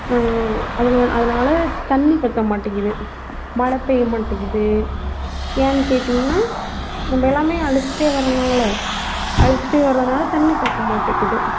அதனால் தண்ணி பற்ற மாட்டேங்குது மழை பெய்ய மாட்டேங்குது ஏன்னெனு கேட்டீங்ன்னால் நம்ம எல்லாமே அழிச்சுட்டே வரனால் அழிச்சுட்டே வரனால் தண்ணி பற்ற மாட்டேங்குது